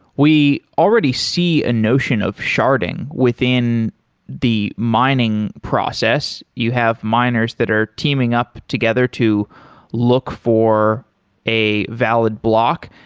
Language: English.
we already see a notion of sharding within the mining process. you have miners that are teaming up together to look for a valid block.